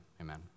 Amen